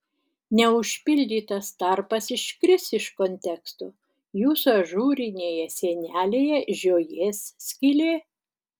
neužpildytas tarpas iškris iš konteksto jūsų ažūrinėje sienelėje žiojės skylė